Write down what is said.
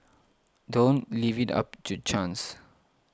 don't leave it up to chance